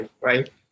right